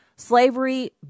Slavery